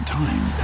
time